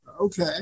Okay